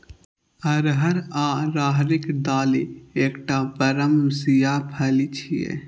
अरहर या राहरिक दालि एकटा बरमसिया फली छियै